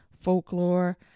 folklore